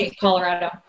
Colorado